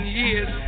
years